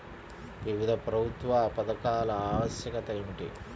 వివిధ ప్రభుత్వా పథకాల ఆవశ్యకత ఏమిటి?